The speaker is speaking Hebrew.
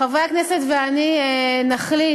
חברי הכנסת ואני נחליט